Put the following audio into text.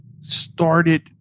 started